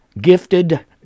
gifted